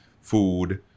food